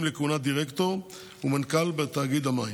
לכהונת דירקטור ומנכ"ל בתאגיד המים,